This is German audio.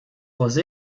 josé